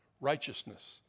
righteousness